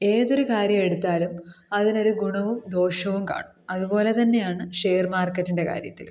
ഏതൊരു കാര്യം എടുത്താലും അതിനൊരു ഗുണവും ദോഷവും കാണും അതുപോലെത്തന്നെയാണ് ഷെയർ മാർക്കറ്റിൻ്റെ കാര്യത്തിലും